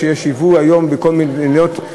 כשיש היום יבוא מכל מיני מדינות,